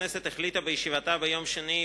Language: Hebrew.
הכנסת החליטה בישיבתה ביום שני,